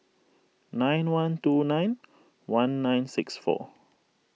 nine one two nine one nine six four